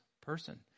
person